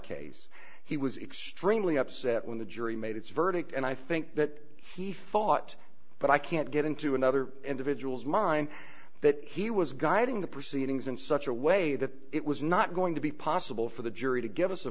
case he was extremely upset when the jury made its verdict and i think that he thought but i can't get into another individual's mind that he was guiding the proceedings in such a way that it was not going to be possible for the jury to give us a